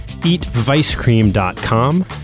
eatvicecream.com